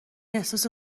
احساس